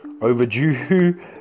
overdue